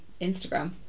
Instagram